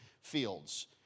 fields